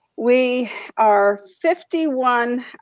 we are fifty one